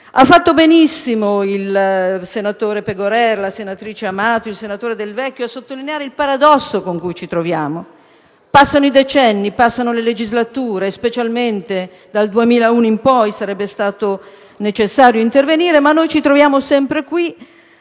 Hanno fatto benissimo il senatore Pegorer, la senatrice Amati e il senatore Del Vecchio a sottolineare il paradosso in cui ci troviamo. Passano i decenni e le legislature; specialmente dal 2001 in poi, sarebbe stato necessario intervenire. Ci troviamo invece sempre qui